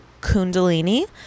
Kundalini